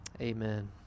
Amen